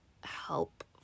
help